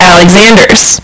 Alexander's